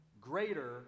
greater